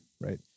Right